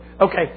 Okay